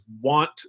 want